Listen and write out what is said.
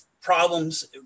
problems